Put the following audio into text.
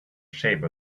shape